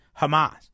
Hamas